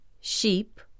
sheep